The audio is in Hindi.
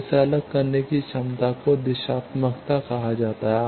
तो इसे अलग करने की इस क्षमता को दिशात्मकता कहा जाता है